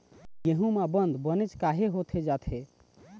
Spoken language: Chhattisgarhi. गेहूं म बंद बनेच काहे होथे जाथे?